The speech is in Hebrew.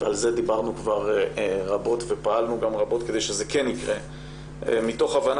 ועל זה דיברנו כבר רבות ופעלנו גם רבות כדי שזה כן יקרה מתוך הבנה